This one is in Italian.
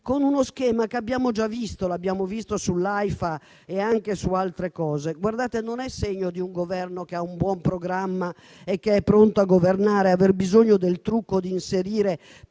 con uno schema che abbiamo già visto. L'abbiamo visto sull'Aifa e anche su altre cose. Guardate, non è segno di un Governo che ha un buon programma e che è pronto a governare aver bisogno del trucco di inserire